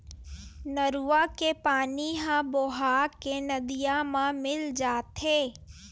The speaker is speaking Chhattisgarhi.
नरूवा के पानी ह बोहा के नदिया मन म मिल जाथे